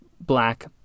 black